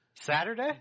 Saturday